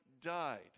died